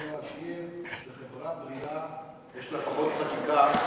חברה בריאה יש לה פחות חקיקה,